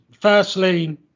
firstly